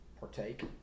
partake